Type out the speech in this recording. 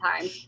time